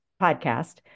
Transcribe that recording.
podcast